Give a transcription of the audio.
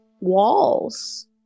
walls